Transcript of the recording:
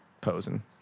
posing